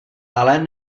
ale